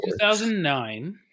2009